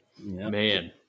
Man